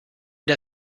der